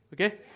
okay